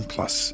Plus